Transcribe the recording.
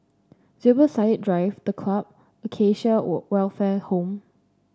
Zubir Said Drive The Club Acacia Welfare Home